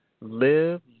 Live